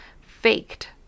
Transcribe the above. faked